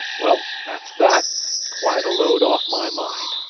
well, that's that quite a load off my mind.